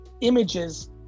images